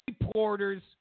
reporters